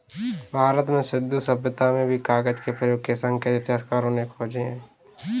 भारत में सिन्धु सभ्यता में भी कागज के प्रयोग के संकेत इतिहासकारों ने खोजे हैं